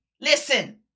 listen